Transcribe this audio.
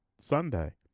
Sunday